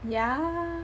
yeah